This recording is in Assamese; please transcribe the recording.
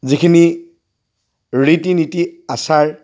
যিখিনি ৰীতি নীতি আচাৰ